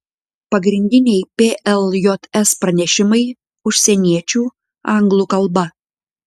pagrindiniai pljs pranešimai užsieniečių anglų kalba